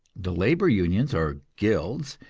the labor unions, or guilds,